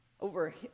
Over